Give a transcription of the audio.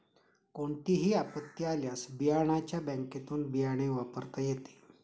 कोणतीही आपत्ती आल्यास बियाण्याच्या बँकेतुन बियाणे वापरता येते